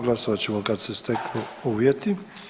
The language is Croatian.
Glasovat ćemo kad se steknu uvjeti.